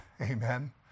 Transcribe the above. Amen